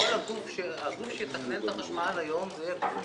הגוף שיתכנן את החשמל מהיום יהיה גוף נפרד,